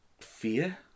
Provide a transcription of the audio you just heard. fear